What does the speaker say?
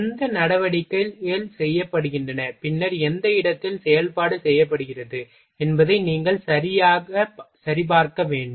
எந்த நடவடிக்கைகள் செய்யப்படுகின்றன பின்னர் எந்த இடத்தில் செயல்பாடு செய்யப்படுகிறது என்பதை நீங்கள் சரிபார்க்க வேண்டும்